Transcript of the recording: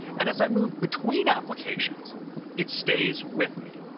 and as i move between applications it stays with me.